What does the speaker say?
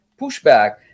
pushback